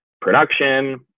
production